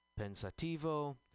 Pensativo